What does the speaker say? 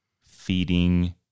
feeding